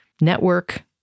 network